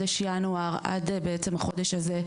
ינואר, עד בעצם החודש הזה,